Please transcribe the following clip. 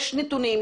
יש נתונים,